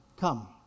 come